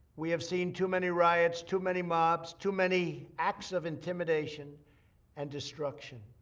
we have seen too many riots, too many mobs, too many acts of intimidation and destruction.